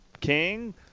King